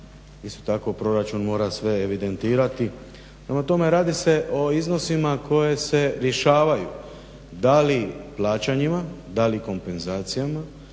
isto tako proračun mora sve evidentirati. Prema tome radi se o iznosima koje se rješavaju da li plaćanjima, da li kompenzacijama,